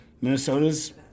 Minnesota's